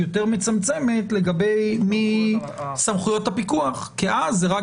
יותר מצמצמת לגבי מי סמכויות הפיקוח כי אז זה רק